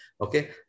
Okay